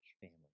family